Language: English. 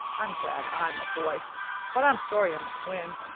i'm glad i'm a boy but i'm sorry i'm a twin.